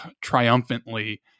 triumphantly